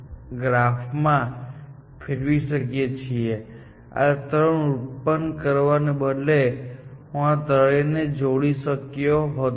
આપણે તેને ગ્રાફમાં ફેરવી શકીએ છીએ આ ત્રણ ઉત્પન્ન કરવાને બદલે હું આ ત્રણને જોડી શક્યો હોત